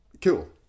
cool